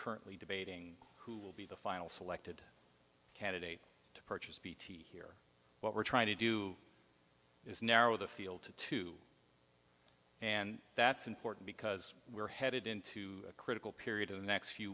currently debating who will be the final selected candidate to purchase p t here what we're trying to do is narrow the field to two and that's important because we're headed into a critical period in the next few